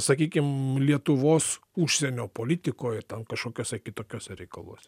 sakykim lietuvos užsienio politikoj i ten kažkokiuose kitokiuose reikaluose